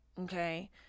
okay